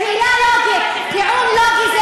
שאלה לוגית, טיעון לוגי.